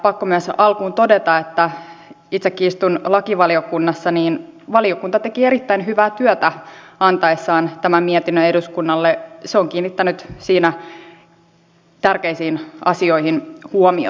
pakko myös alkuun todeta kun itsekin istun lakivaliokunnassa että valiokunta teki erittäin hyvää työtä antaessaan tämän mietinnön eduskunnalle ja se on kiinnittänyt siinä tärkeisiin asioihin huomiota